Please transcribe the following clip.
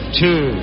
two